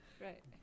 Right